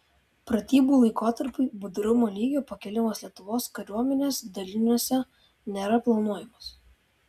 pratybų laikotarpiui budrumo lygio pakėlimas lietuvos kariuomenės daliniuose nėra planuojamas